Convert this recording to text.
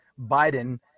Biden